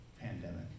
pandemic